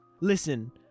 listen